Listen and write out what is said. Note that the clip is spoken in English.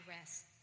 rest